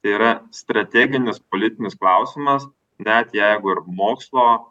tai yra strateginis politinis klausimas net jeigu ir mokslo